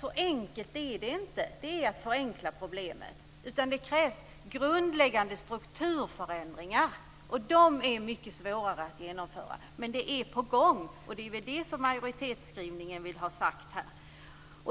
Så enkelt är det inte - det är att förenkla problemet. Det krävs grundläggande strukturförändringar, och det är mycket svårare att genomföra dem. Men det är på gång, och det är det som vi vill ha sagt med majoritetsskrivningen.